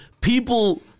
people